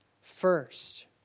first